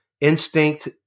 instinct